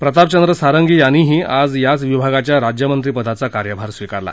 प्रतापचंद्र सारंगी यांनीही आज याच विभागाच्या राज्यमंत्रीपदाचा कार्यभार स्वीकारला